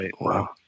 wow